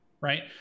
right